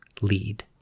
lead